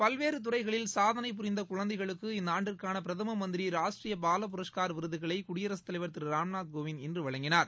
பல்வேறு துறைகளில் சாதனை புரிந்த குழந்தைகளுக்கு இந்தாண்டிற்கான பிரதம மந்திரி ராஷ்ட்ரீய பாலபுரஷ்கார் விருதுகளை குடியரசுத் தலைவர் திரு ராம்நாத் கோவிந்த் இன்று வழங்கினார்